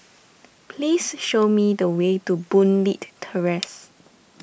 please show me the way to Boon Leat Terrace